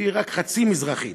שהיא רק חצי מזרחית.